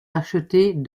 achetée